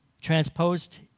transposed